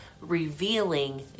revealing